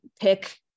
pick